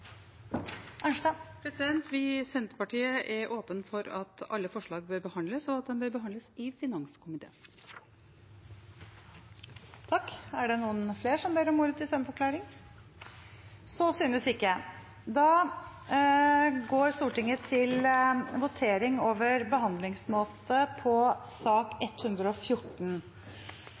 Vi i Senterpartiet er åpne for at alle forslag bør behandles, og at de bør behandles i finanskomiteen. Flere har ikke bedt om ordet til stemmeforklaring,